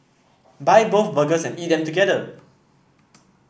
buy both burgers and eat them together